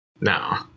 No